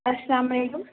السلام علیکم